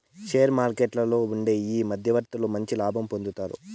షేర్ల మార్కెట్లలో ఉండే ఈ మధ్యవర్తులు మంచి లాభం పొందుతారు